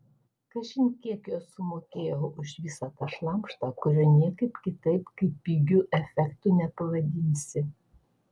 kažin kiek jos sumokėjo už visą tą šlamštą kurio niekaip kitaip kaip pigiu efektu nepavadinsi